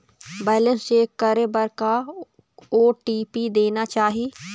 Balance check करे बर का ओ.टी.पी देना चाही?